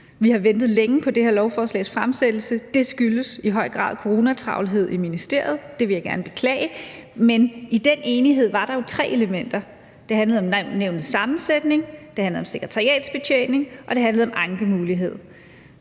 Vi har ventet længe på det her lovforslags fremsættelse. Det skyldes i høj grad coronatravlhed i ministeriet, og det vil jeg gerne beklage. Men i den enighed var der jo tre elementer: Det handlede om nævnets sammensætning, det handlede om sekretariatsbetjening, og det handlede